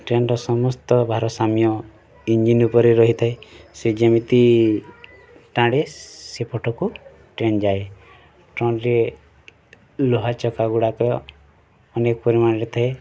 ଟ୍ରେନ୍ର ସମସ୍ତ ଭାରସାମ୍ୟ ଇଞ୍ଜିନ୍ ଉପରେ ରହିଥାଏ ସେ ଯେମିତି ଟାଣେ ସେପଟକୁ ଟ୍ରେନ୍ ଯାଏ ଟ୍ରେନ୍ରେ ଲୁହା ଚକାଗୁଡ଼ାକ ଅନେକ ପରିମାଣରେ ଥାଏ